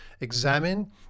examine